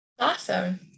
Awesome